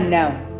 now